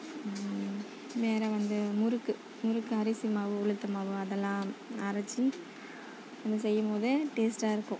வேறே வந்து முறுக்கு முறுக்கு அரிசி மாவு உளுத்தம் மாவு அதெல்லாம் அரைச்சி அதை செய்யும் போது டேஸ்டாக இருக்கும்